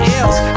else